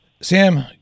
Sam